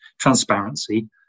transparency